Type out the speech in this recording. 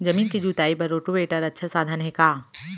जमीन के जुताई बर रोटोवेटर अच्छा साधन हे का?